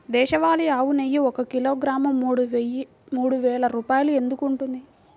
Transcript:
దేశవాళీ ఆవు నెయ్యి ఒక కిలోగ్రాము మూడు వేలు రూపాయలు ఎందుకు ఉంటుంది?